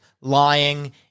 lying